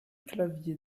clavier